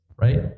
right